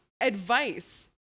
advice